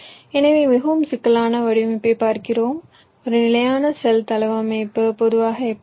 எனவே மிகவும் சிக்கலான வடிவமைப்பைப் பார்க்கிறோம் ஒரு நிலையான செல் தளவமைப்பு பொதுவாக எப்படி இருக்கும்